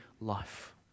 life